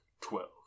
twelve